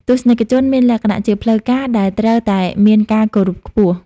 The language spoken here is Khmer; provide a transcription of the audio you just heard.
ទស្សនិកជនមានលក្ខណៈជាផ្លូវការដែលត្រូវតែមានការគោរពខ្ពស់។